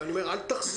אני אומר אל תחזור.